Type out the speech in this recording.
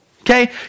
Okay